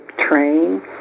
train